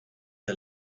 the